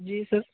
جی سر